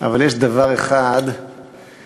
אבל יש דבר אחד שברור